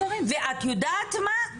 ואת יודעת מה?